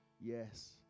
Yes